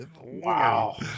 Wow